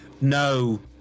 No